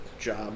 job